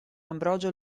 ambrogio